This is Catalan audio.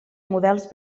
modes